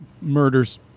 murders